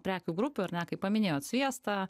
prekių grupių ar ne kaip paminėjot sviestą